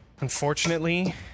Unfortunately